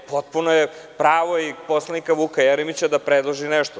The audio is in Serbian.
Potpuno je pravo i poslanika Vuka Jeremića da predloži nešto.